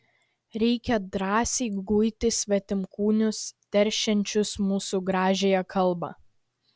reikia drąsiai guiti svetimkūnius teršiančius mūsų gražiąją kalbą